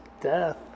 death